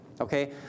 Okay